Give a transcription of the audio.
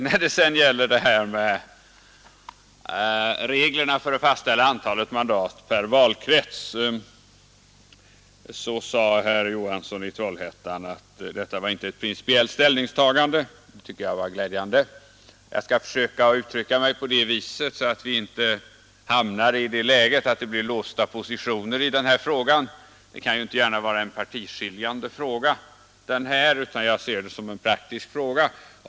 När det sedan gäller reglerna för att fastställa antalet mandat per valkrets sade herr Johansson i Trollhättan att detta inte var ett principiellt ställningstagande. Det tycker jag var glädjande. Jag skall också försöka uttrycka mig så, att vi inte hamnar i det läget att det blir låsta positioner i denna fråga, som inte gärna kan vara partiskiljande. Så som Nr 121 jag ser det är den en praktisk fråga.